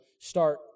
start